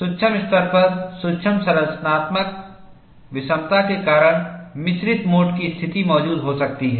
सूक्ष्म स्तर पर सूक्ष्म संरचनात्मक विषमता के कारण मिश्रित मोड की स्थिति मौजूद हो सकती है